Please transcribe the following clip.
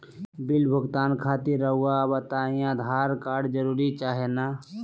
Bill भुगतान खातिर रहुआ बताइं आधार कार्ड जरूर चाहे ना?